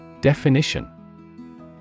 Definition